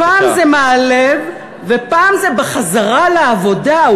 פעם זה מהל"ב ופעם זה "בחזרה לעבודה".